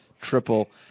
triple